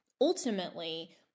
ultimately